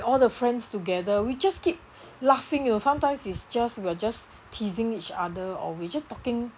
all the friends together we just keep laughing you know sometimes is just we're just teasing each other or we just talking